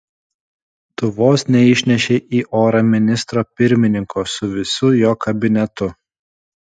tu vos neišnešei į orą ministro pirmininko su visu jo kabinetu